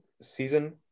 season